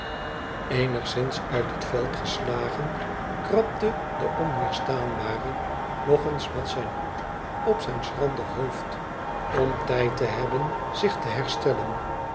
eenigszins uit het veld geslagen krabde de onweerstaanbare nog eens met zijn hoed op zijn schrander hoofd om tijd te hebben zich te herstellen